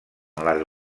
les